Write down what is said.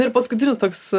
ir paskutinis toks